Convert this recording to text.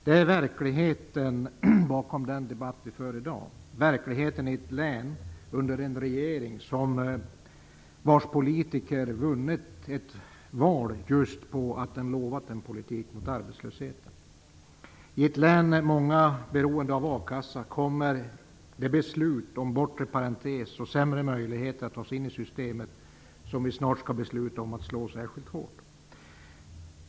Det är verkligheten bakom den debatt vi för i dag, verkligheten i ett län under en regering vars politiker vunnit ett val just på att den lovat en politik mot just arbetslösheten. I ett län med många beroende av a-kassa kommer det beslut om bortre parentes och sämre möjligheter att ta sig in i systemet som vi snart skall besluta om att slå särskilt hårt.